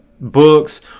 books